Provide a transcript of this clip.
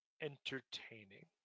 entertaining